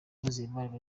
uwizeyimana